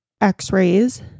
x-rays